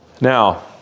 Now